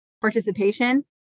participation